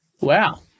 Wow